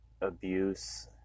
abuse